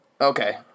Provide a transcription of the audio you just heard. Okay